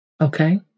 Okay